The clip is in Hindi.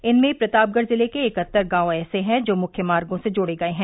इनमें प्रतापगढ़ जिले के इकहत्तर गांव ऐसे हैं जो मुख्य मार्गो से जोड़े गये हैं